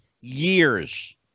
years